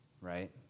right